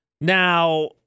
Now